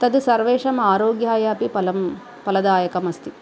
तत् सर्वेषां आरोग्याय अपि फलं फलदायकमस्ति